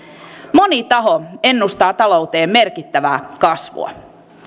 moni taho ennustaa talouteen merkittävää kasvua